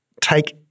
take